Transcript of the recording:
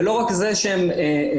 ולא רק זה שהן יכולות,